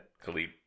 Khalid